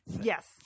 yes